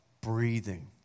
breathing